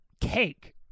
cake